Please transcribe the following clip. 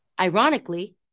Ironically